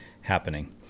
happening